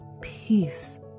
peace